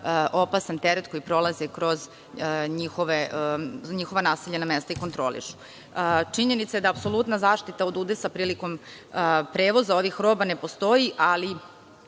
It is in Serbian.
opasan teret koji prolazi kroz njihova naseljena mesta i kontrolišu. Činjenica je da apsolutna zaštita od udesa prilikom prevoza ovih roba ne postoji, ali